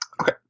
Okay